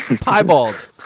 Piebald